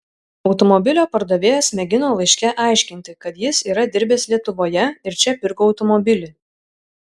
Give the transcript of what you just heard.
automobilio pardavėjas mėgino laiške aiškinti kad jis yra dirbęs lietuvoje ir čia pirko automobilį